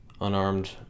unarmed